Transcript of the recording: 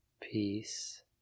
peace